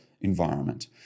environment